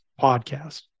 podcast